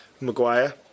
Maguire